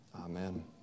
Amen